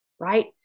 right